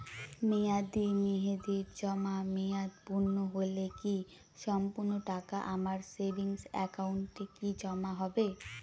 মেয়াদী মেহেদির জমা মেয়াদ পূর্ণ হলে কি সম্পূর্ণ টাকা আমার সেভিংস একাউন্টে কি জমা হবে?